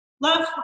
love